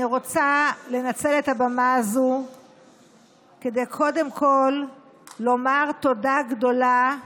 אני רוצה לנצל את הבמה הזאת כדי קודם כול לומר תודה גדולה לה'